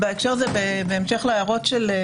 בהקשר הזה,